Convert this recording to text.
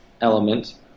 element